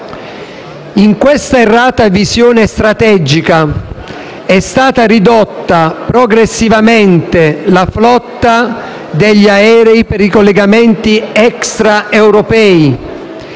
In questa errata visione strategica è stata ridotta progressivamente la flotta degli aerei per i collegamenti extraeuropei